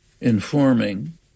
informing